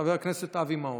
חבר הכנסת אבי מעוז,